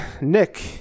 Nick